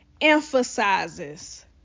emphasizes